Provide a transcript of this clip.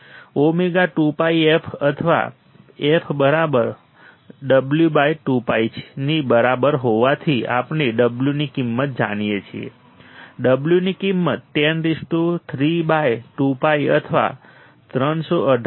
omega 2 π f અથવા fw2π ની બરાબર હોવાથી આપણે w ની કિંમત જાણીએ છીએ w ની કિંમત 103 બાય 2π અથવા 318